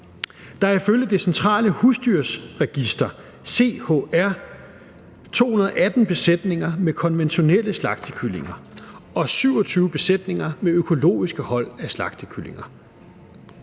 Der er ifølge Det Centrale HusdyrbrugsRegister, CHR, 218 besætninger med konventionelle slagtekyllinger og 27 besætninger med økologiske hold af slagtekyllinger.